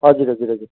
हजुर हजुर हजुर